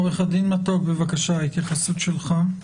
עורך דין מתוק, בבקשה, התייחסות שלך.